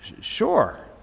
Sure